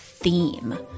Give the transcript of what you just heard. theme